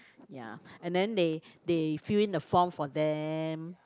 ya and then they they fill in the form for them